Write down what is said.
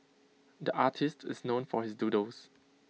the artist is known for his doodles